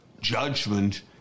judgment